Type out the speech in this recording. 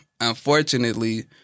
Unfortunately